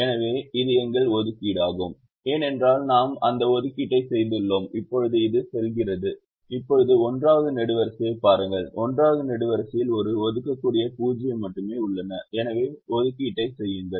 எனவே இது எங்கள் ஒதுக்கீடாகும் ஏனென்றால் நாம் அந்த ஒதுக்கீட்டை செய்துள்ளோம் இப்போது இது செல்கிறது இப்போது 1 வது நெடுவரிசையைப் பாருங்கள் 1 வது நெடுவரிசையில் ஒரு ஒதுக்கக்கூடிய 0 மட்டுமே உள்ளது எனவே ஒதுக்கீட்டை செய்யுங்கள்